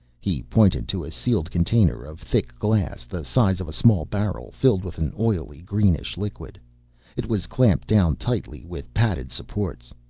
he pointed to a sealed container of thick glass the size of a small barrel, filled with an oily greenish liquid it was clamped down tightly with padded supports.